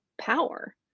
power